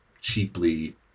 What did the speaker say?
cheaply